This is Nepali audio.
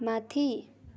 माथि